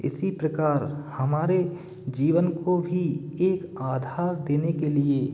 इसी प्रकार हमारे जीवन को भी एक आधा देने के लिए